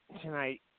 tonight